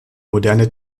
moderne